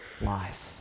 life